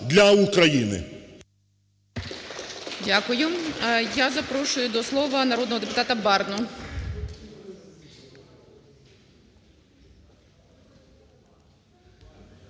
Дякую. І запрошую до слова народного депутата Рудика.